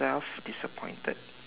self disappointed